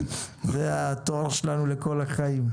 זה התואר שלנו לכל החיים.